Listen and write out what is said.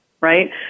right